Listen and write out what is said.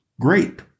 Great